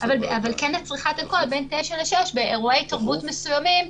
אבל כן לצריכת אלכוהול בין 21:00 ל-6:00 באירועי תרבות מסוימים,